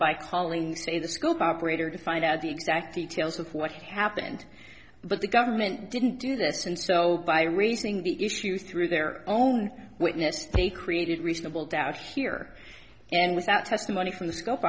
by calling say the scope operator to find out the exact details of what happened but the government didn't do this and so by raising the issue through their own witness to a created reasonable doubt here and without testimony from the scope